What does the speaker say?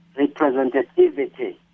representativity